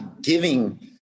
giving